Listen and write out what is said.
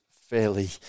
fairly